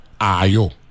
Ayo